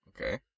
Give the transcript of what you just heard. okay